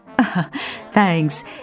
Thanks